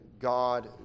God